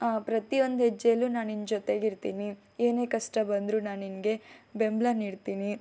ಆ ಪ್ರತಿಯೊಂದು ಹೆಜ್ಜೆಯಲ್ಲು ನಾನು ನಿನ್ನ ಜೊತೆಗಿರ್ತೀನಿ ಏನೇ ಕಷ್ಟ ಬಂದರು ನಾನು ನಿನಗೆ ಬೆಂಬಲ ನೀಡ್ತೀನಿ